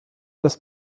das